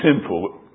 simple